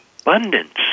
abundance